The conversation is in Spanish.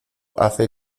hace